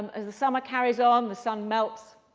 as the summer carries ah on, the sun melts,